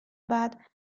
بعد